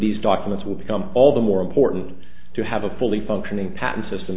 these documents will become all the more important to have a fully functioning patent system